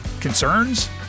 Concerns